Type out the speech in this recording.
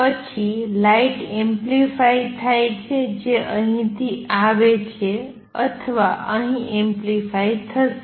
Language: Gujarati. પછી લાઇટ એમ્પ્લિફાઇ થાય છે જે અહીંથી આવે છે અથવા અહીં એમ્પ્લિફાઇ થશે